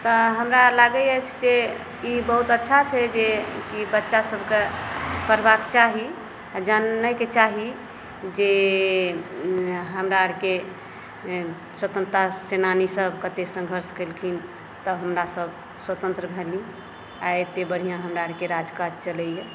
तऽ हमरा लागैया जे ई बहुत अच्छा छै जे बच्चासभके पढ़बाक चाही जानैक चाही जे हमरा अरके स्वतन्त्रता सेनानीसभ कतय संघर्ष केलखिन तऽ हमरसभ स्वतन्त्रत भेलहुॅं आइ एतेक नीक हमरा आरके राज काज चलैया